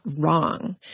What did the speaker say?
wrong